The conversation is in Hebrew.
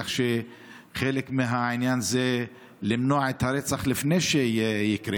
כך שחלק מהעניין זה למנוע את הרצח לפני שיקרה.